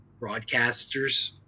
broadcasters